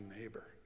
neighbor